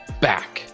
back